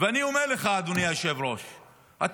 כי אין לכם אפילו מקום מסביב לשולחן.